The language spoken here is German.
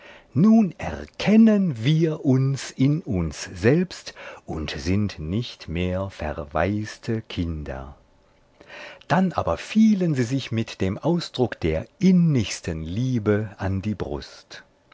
nun erkennen wir uns in uns selbst und sind nicht mehr verwaiste kinder dann aber fielen sie sich mit dem ausdruck der innigsten liebe an die brust